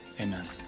amen